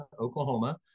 Oklahoma